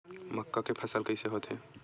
मक्का के फसल कइसे होथे?